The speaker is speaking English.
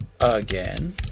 again